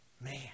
Man